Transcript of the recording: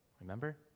remember